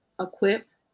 equipped